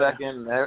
second